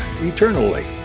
eternally